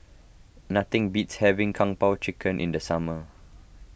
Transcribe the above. nothing beats having Kung Po Chicken in the summer